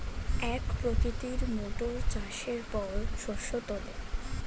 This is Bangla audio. এক প্রকৃতির মোটর চাষের পর শস্য তোলে